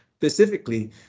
specifically